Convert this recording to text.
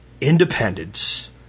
independence